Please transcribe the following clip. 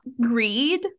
greed